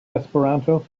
esperanto